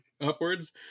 upwards